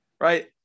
right